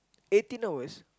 eighteen hours